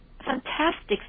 Fantastic